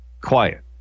quiet